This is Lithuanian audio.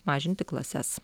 mažinti klases